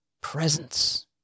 presence